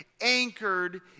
anchored